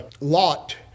Lot